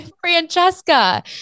Francesca